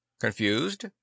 Confused